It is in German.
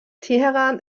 teheran